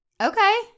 Okay